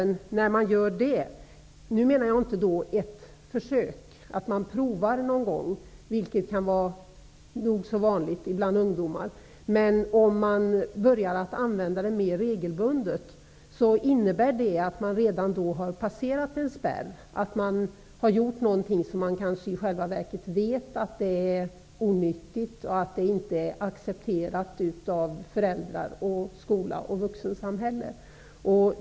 Nu menar jag inte ett försök, att man provar någon gång, vilket kan vara nog så vanligt bland ungdomar, utan att man börjar använda tobak mer regelbundet. Det innebär att man redan har passerat en spärr, att man har gjort någonting som man kanske i själva verket vet är onyttigt och inte accepterat av föräldrar, skola och vuxensamhälle.